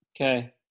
Okay